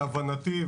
להבנתי,